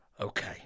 Okay